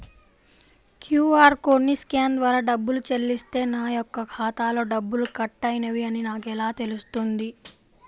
QR కోడ్ని scan ద్వారా డబ్బులు చెల్లిస్తే నా యొక్క ఖాతాలో డబ్బులు కట్ అయినవి అని నాకు ఎలా తెలుస్తుంది?